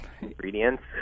ingredients